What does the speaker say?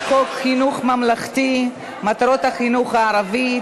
חוק חינוך ממלכתי (מטרות החינוך הערבי),